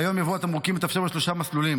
כיום יבוא התמרוקים מתאפשר בשלושה מסלולים.